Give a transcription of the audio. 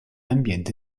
ambiente